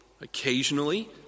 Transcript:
Occasionally